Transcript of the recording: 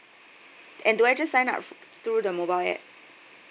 and do I just sign up f~ through the mobile app